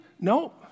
No